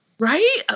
Right